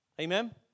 amen